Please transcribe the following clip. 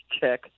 Check